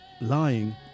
lying